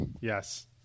yes